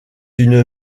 une